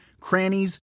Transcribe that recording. crannies